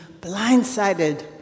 blindsided